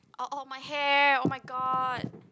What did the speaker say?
oh oh my hair oh-my-god